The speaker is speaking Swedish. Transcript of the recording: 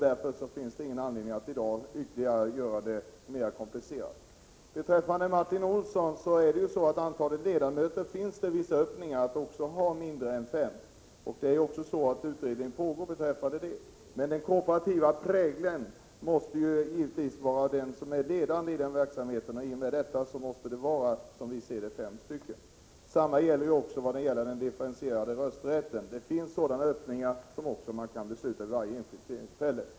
Därför finns det ingen anledning att i dag komplicera det hela ytterligare. Till Martin Olsson vill jag säga att det finns vissa möjligheter att det blir tillåtet att ha även mindre än fem ledamöter. Utredning pågår beträffande detta. Den kooperativa prägeln måste givetvis vara ledande för verksamheten, och i och med detta måste det, som vi ser det, vara fem personer. Samma sak gäller den differentierade rösträtten: det finns sådana öppningar, som man kan besluta om vid varje enskilt tillfälle.